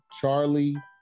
Charlie